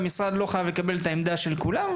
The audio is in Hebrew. והמשרד לא חייב לקבל את העמדה של כולם,